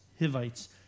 Hivites